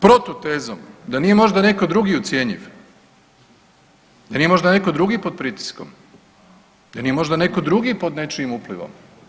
Protutezom, da nije možda neko drugi ucjenjiv, da nije možda netko drugi pod pritiskom, da nije možda netko drugi pod nečijim uplivom?